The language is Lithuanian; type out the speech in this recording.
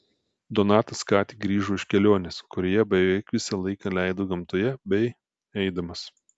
donatas ką tik grįžo iš kelionės kurioje beveik visą laiką leido gamtoje bei eidamas